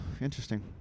interesting